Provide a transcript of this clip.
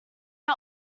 are